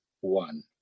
one